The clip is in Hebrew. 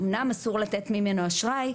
אמנם אסור לתת ממנו אשראי,